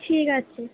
ঠিক আছে